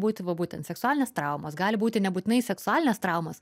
būti va būtent seksualinės traumos gali būti nebūtinai seksualinės traumos